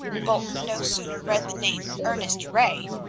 bolton no sooner read the name, ernest ray,